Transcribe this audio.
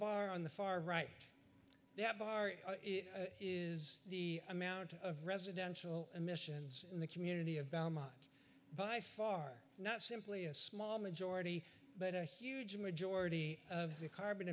bar on the far right that bar is the amount of residential emissions in the community of belmont by far not simply a small majority but a huge majority of the carbon